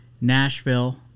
Nashville